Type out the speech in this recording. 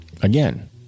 again